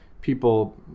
people